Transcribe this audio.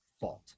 fault